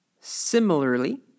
Similarly